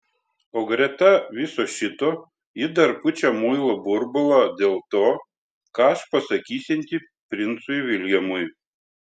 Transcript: o greta viso šito ji dar pučia muilo burbulą dėl to ką aš pasakysianti princui viljamui